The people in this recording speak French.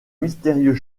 mystérieux